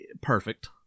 perfect